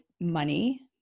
money